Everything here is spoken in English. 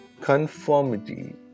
conformity